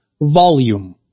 volume